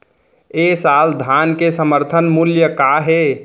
ए साल धान के समर्थन मूल्य का हे?